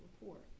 report